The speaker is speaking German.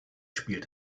spielt